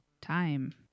time